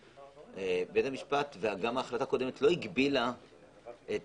בית המשפט וגם ההחלטה הקודמת לא הגבילה את